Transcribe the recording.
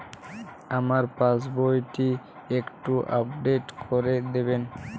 আমার পাসবই টি একটু আপডেট করে দেবেন?